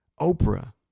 Oprah